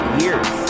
years